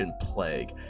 plague